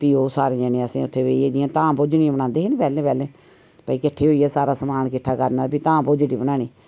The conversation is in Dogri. ते फ्ही ओह् सारे जने असें उत्थैं बेहियै जियां धाम भोजनियां बनांदे हे ना पैह्ले पैह्लें भई किट्ठे होइयै सारा समान किट्ठे करना ते फ्ही धाम भोजनी बनानी